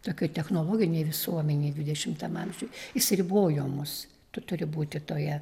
tokioj technologinėj visuomenėj dvidešimtam amžiuj jis ribojo mus tu turi būti toje